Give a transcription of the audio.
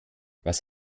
was